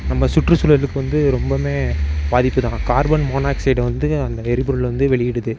நம்ம சுற்றுச்சூழலுக்கு வந்து ரொம்பவும் பாதிப்புதான் கார்பன் மோனாக்ஸைடை வந்து அந்த எரிபொருள் வந்து வெளியிடுது